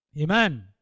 Amen